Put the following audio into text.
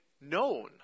known